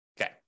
Okay